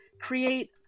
create